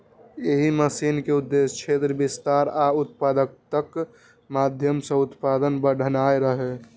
एहि मिशन के उद्देश्य क्षेत्र विस्तार आ उत्पादकताक माध्यम सं उत्पादन बढ़ेनाय रहै